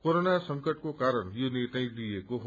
corona संकटको क्वरण यो निर्णय लिइएको हो